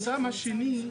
החסם השני,